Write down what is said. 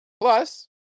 plus